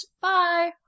Bye